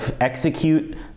execute